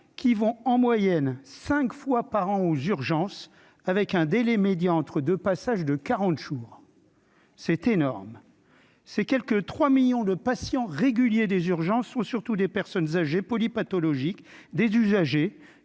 qui vont en moyenne 5 fois par an aux urgences avec un délai médian entre 2 passages de 40 jours c'est énorme, c'est quelque 3 millions de patients réguliers des urgences sont surtout des personnes âgées polypathologiques des usagers